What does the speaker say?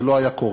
זה לא היה קורה,